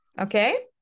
Okay